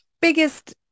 biggest